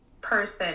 person